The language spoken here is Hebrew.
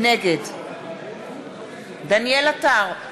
נגד דניאל עטר,